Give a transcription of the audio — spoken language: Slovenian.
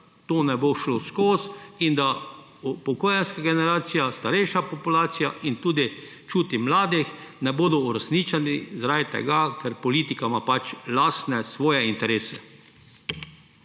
to ne bo šlo skozi in da upokojenska generacija, starejša populacija in tudi, čutim, mladi ne bodo uresničeni zaradi tega, ker ima politika pač svoje lastne interese.